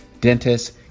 dentists